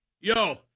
Yo